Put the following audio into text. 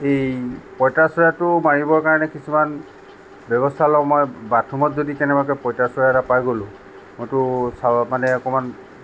এই পঁইতাচোৰাটো মাৰিবৰ কাৰণে কিছুমান ব্যৱস্থা লওঁ মই বাথৰুমত যদি কেনেবাকৈ পঁইতাচোৰা এটা পাই গ'লো মইতো মানে অকণমান